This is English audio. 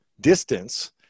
distance